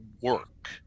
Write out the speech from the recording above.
work